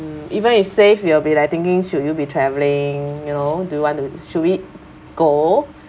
mm even if safe you will be like thinking should you be travelling you know do you want to should we go